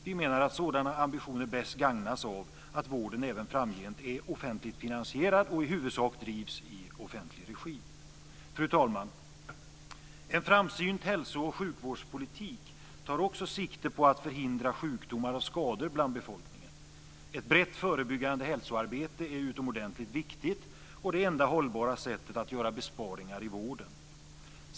Vi menar att sådana ambitioner bäst gagnas av att vården även framgent är offentligt finansierad och i huvudsak drivs i offentlig regi. Fru talman! En framsynt hälso och sjukvårdspolitik tar också sikte på att förhindra sjukdomar och skador bland befolkningen. Ett brett förebyggande hälsoarbete är utomordentligt viktigt, och det enda hållbara sättet att göra besparingar i vården.